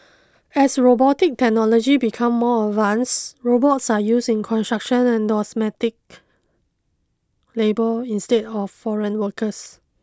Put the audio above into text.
as robotic technology becomes more advanced robots are used in construction and domestic labour instead of foreign workers